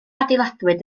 adeiladwyd